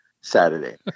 Saturday